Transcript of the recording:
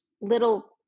little